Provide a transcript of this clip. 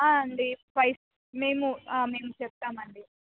అండి స్పైస్ మేము మేము చెప్తామండి